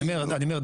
אני אומר,